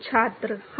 छात्र हाँ